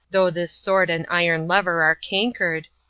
though this sword and iron lever are cankered,